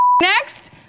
next